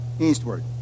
eastward